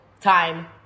time